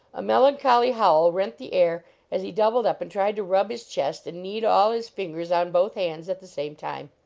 a melancholy howl rent the air as he doubled up and tried to rub his chest and knead all his fingers on both hands at the same time.